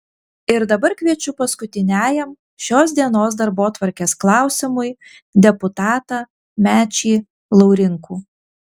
ir dabar kviečiu paskutiniajam šios dienos darbotvarkės klausimui deputatą mečį laurinkų